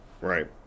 right